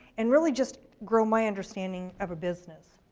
and really just grow my understanding of a business.